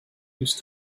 used